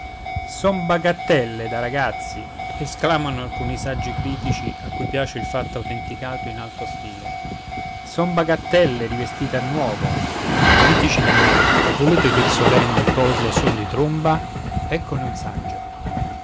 son bagattelle da ragazzi esclamano alcuni saggi critici a cui piace il fatto autenticato in alto stile son bagattelle rivestite a nuovo critici miei volete udir solenni cose a suono di tromba eccone un saggio